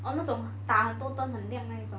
哦那种搭很多灯很亮的那种